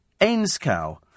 Ainscow